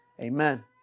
amen